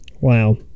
Wow